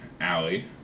Allie